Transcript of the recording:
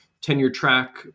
tenure-track